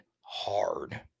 hard